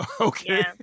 Okay